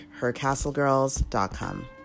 hercastlegirls.com